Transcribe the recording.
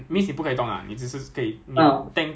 so the chain the purpose of a chain is right like